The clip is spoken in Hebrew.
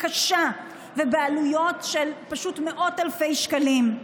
קשה ולעלויות של פשוט מאות אלפי שקלים,